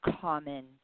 common